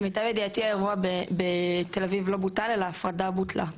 למיטב ידיעתי האירוע בתל אביב לא בוטל אלא ההפרדה בוטלה.